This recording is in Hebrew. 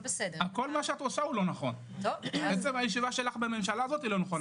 עצם הישיבה שלך בממשלה הזאת לא נכונה.